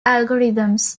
algorithms